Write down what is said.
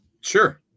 Sure